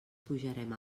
pujarem